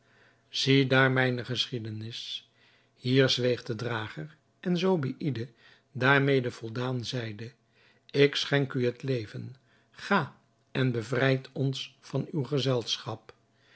ziedaar mijne geschiedenis hier zweeg de drager en zobeïde daarmede voldaan zeide ik schenk u het leven ga en bevrijd ons van uw gezelschap